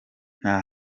nta